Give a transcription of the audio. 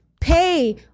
pay